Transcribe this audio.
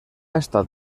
estat